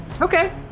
Okay